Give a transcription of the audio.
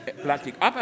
Plastic